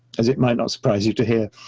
as it might not surprise you to hear.